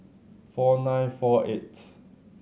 four nine four eighth